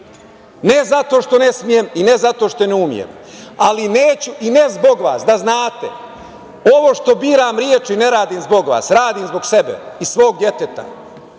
Ne zato što ne smem i ne zato što ne umem, ali neću. Ne zbog vas, da znate. Ovo što biram reči ne radim zbog vas, radim zbog sebe i svog deteta,